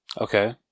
okay